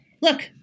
Look